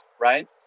right